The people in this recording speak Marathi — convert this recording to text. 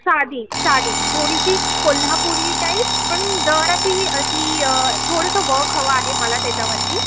साधी साधी थोडीशी कोल्हापुरी टाईप पण जराशी अशी थोडंसं वक हवं आहे मला त्याच्यावरती